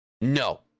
No